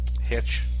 Hitch